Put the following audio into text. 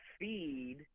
feed